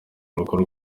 rukuru